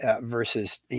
versus